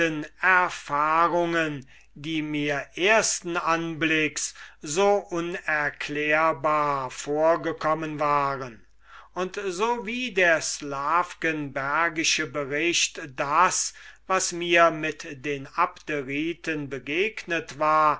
erfahrungen die mir ersten anblicks so unerklärbar vorgekommen waren und so wie der slawkenbergische bericht das was mir mit den abderiten begegnet war